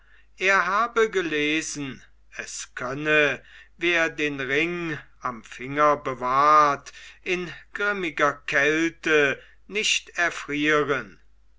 er habe gelesen es könne wer den ring am finger bewahrt in grimmiger kälte nicht erfrieren